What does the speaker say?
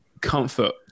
comfort